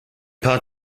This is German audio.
paar